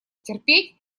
терпеть